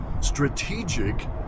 strategic